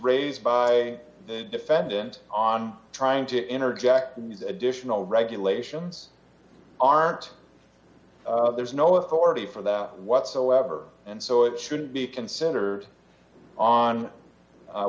by d the defendant on trying to interject additional regulations aren't there's no authority for that whatsoever and so it shouldn't be considered on